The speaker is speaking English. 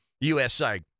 USA